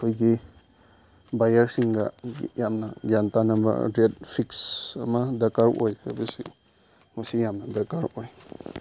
ꯑꯩꯈꯣꯏꯒꯤ ꯕꯥꯏꯌꯔꯁꯤꯡꯒ ꯌꯥꯝꯅ ꯒ꯭ꯌꯥꯟ ꯇꯥꯅꯕ ꯔꯦꯠ ꯐꯤꯛꯁ ꯑꯃ ꯗꯔꯀꯥꯔ ꯑꯣꯏ ꯍꯥꯏꯕꯁꯤ ꯃꯁꯤ ꯌꯥꯝꯅ ꯗꯔꯀꯥꯔ ꯑꯣꯏ